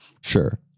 Sure